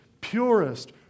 purest